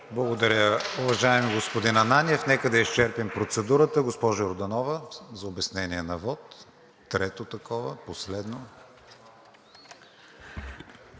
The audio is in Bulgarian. Благодаря Ви, уважаеми господин Ананиев. Нека да изчерпим процедурата. Госпожо Йорданова – за обяснение на вот, трето такова, последно.